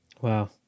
Wow